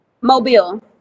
Mobile